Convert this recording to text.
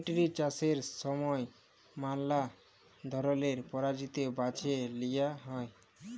poultry চাষের সময় ম্যালা ধরলের পরজাতি বাছে লিঁয়া হ্যয়